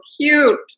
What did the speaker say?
cute